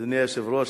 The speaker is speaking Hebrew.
אדוני היושב-ראש,